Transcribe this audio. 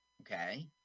Okay